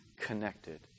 connected